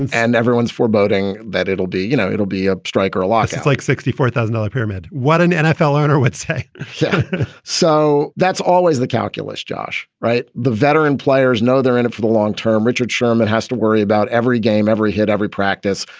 and everyone's foreboding that it'll be, you know, it'll be a strike or a lockout like sixty four thousand dollars, a pyramid what an nfl owner would say so that's always the calculus. josh wright, the veteran players know they're in it for the long term. richard sherman has to worry about every game, every hit, every practice.